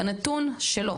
ניקח את הנתון שלו,